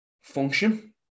function